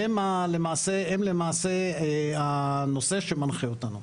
והן למעשה הנושא שמנחה אותנו.